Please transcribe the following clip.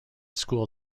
school